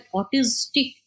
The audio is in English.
autistic